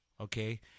okay